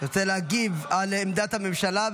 רוצה להגיב על עמדת הממשלה.